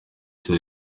cya